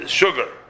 sugar